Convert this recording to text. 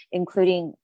including